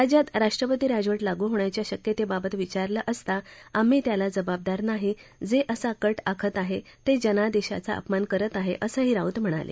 राज्यात राष्ट्रपती राजवट लागू होण्याच्या शक्यतेबाबत विचारलं असता आम्ही त्याला जबाबदार नाही जे असा कट आखत आहेत ते जनादेशाचा अपमान करत आहेत असंही राऊत म्हणाले